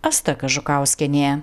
asta kažukauskienė